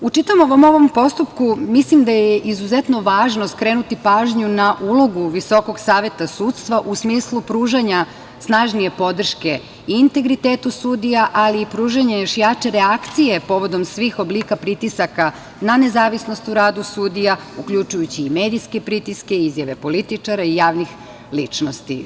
U čitavom ovom postupku mislim da je izuzetno važno skrenuti pažnju na ulogu Visokog saveta sudstva u smislu pružanja snažnije podrške i integritetu sudija, ali i pružanju još jače reakcije povodom svih oblika pritisaka na nezavisnost u radu sudija, uključujući i medijske pritiske i izjave političara i javnih ličnosti.